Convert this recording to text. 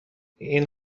این